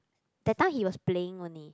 that time he was playing only